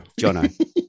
Jono